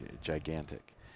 gigantic